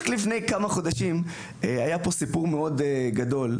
רק לפני כמה חודשים היה פה סיפור מאוד גדול,